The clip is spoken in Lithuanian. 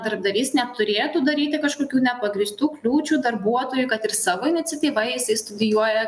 darbdavys neturėtų daryti kažkokių nepagrįstų kliūčių darbuotojui kad ir savo iniciatyva jisai studijuoja